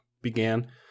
Began